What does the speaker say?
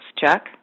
Chuck